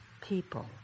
people